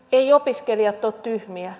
eivät opiskelijat ole tyhmiä